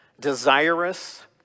desirous